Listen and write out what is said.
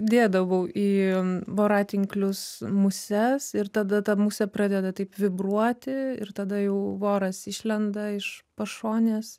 dėdavau į voratinklius muses ir tada ta musė pradeda taip vibruoti ir tada jau voras išlenda iš pašonės